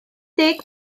deg